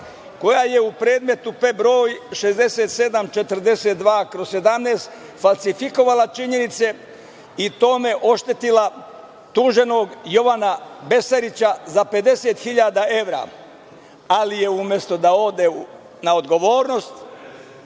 koja je u predmetu broj 6742/17 falsifikovala činjenice i time oštetila tuženog Bescarića za 50.000 evra, ali je, umesto da ode na odgovornost,